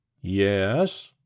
Yes